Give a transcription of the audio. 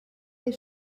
des